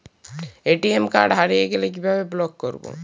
ATM card হারিয়ে গেলে কিভাবে ব্লক করবো?